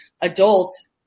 adults